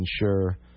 ensure